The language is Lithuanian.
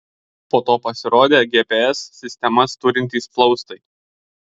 po to pasirodė gps sistemas turintys plaustai